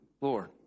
Lord